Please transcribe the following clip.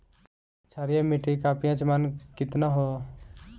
क्षारीय मीट्टी का पी.एच मान कितना ह?